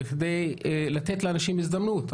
בכדי לתת לאנשים הזדמנות,